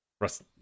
Russ